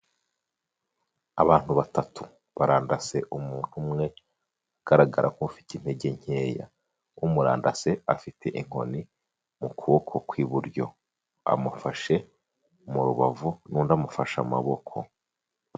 Abantu batatu barandase umuntu umwe ugaragara ko ufite intege nkeya, umurandase afite inkoni mu kuboko kw'iburyo, amumufashe mu rubavu n'undi amufashe amaboko.